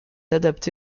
adapté